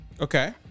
Okay